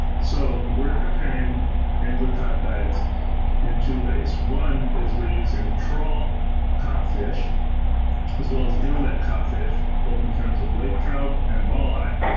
so we're comparing angler-caught diets in two ways. one is we're using trawl caught fish as well as gillnet caught fish both in terms of lake trout and walleye.